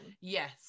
yes